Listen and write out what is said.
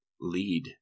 lead